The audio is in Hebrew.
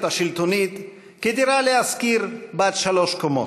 השלטונית כדירה להשכיר בת שלוש קומות,